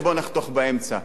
בוא נחתוך באמצע.